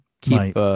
Keep